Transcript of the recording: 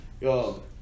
Yo